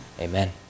Amen